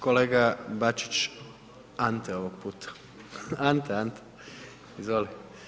Kolega Bačić, Ante ovog puta, Ante, Ante, izvoli.